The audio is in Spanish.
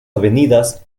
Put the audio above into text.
avenidas